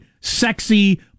sexy